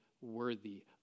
worthy